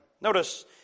Notice